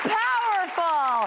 powerful